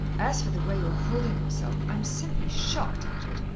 as for the way you're holdin' yourself, i'm simply shocked at it,